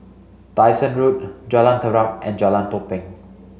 Dyson Road Jalan Terap and Jalan Tepong